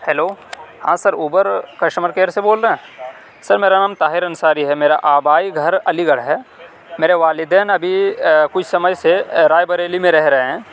hello ہاں sir Uber customer care سے بول رہے ہیں سر میرا نام طاہر انصاری ہے میرا آبائی گھر علی گڑھ ہے میرے والدین ابھی کچھ سمے سے رائے بریلی میں رہ رہے ہیں